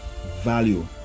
value